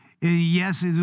yes